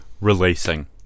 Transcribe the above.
releasing